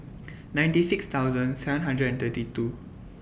ninety six thousand seven hundred and thirty two